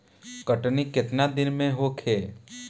कटनी केतना दिन में होखे?